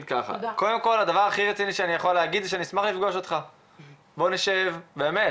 הדבר הכי רציני שאני יכול להגיד שאני אשמח להיפגש אתך ולהתעמק בעניין.